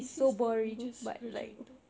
is sister we just graduated